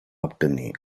obtenir